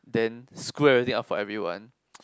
then screw everything up for everyone